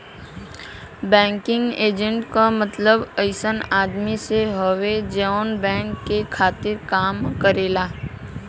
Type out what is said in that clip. banking agent क मतलब अइसन आदमी से हउवे जौन बैंक के खातिर काम करेला